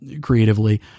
creatively